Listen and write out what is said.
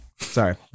Sorry